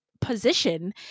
position